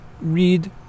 Read